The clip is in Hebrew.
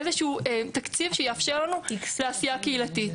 איזה שהוא תקציב שיאפשר לנו עשייה קהילתית.